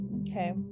Okay